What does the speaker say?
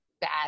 bad